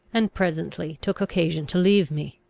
and presently took occasion to leave me.